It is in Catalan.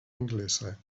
anglesa